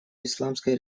исламской